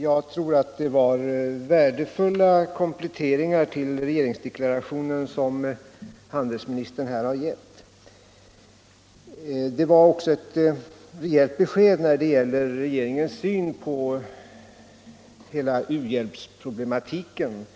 Herr talman! Det var värdefulla kompletteringar till regeringsdeklarationen som handelsministern gav. Det var också ett rejält besked när det gäller regeringens syn på hela u-hjälpsproblematiken.